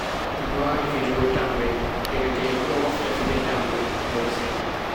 Mi wawi fijugo tamre, derke en do mofta fija tamre nder seyo.